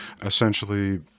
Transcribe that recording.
essentially